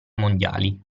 mondiali